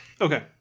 Okay